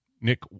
Nick